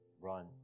run